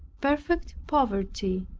perfect poverty,